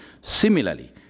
Similarly